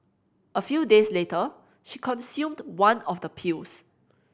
a few days later she consumed one of the pills